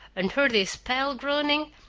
and heard his pal groaning,